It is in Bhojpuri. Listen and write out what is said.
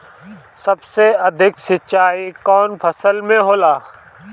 सबसे अधिक सिंचाई कवन फसल में होला?